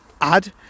ad